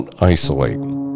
isolate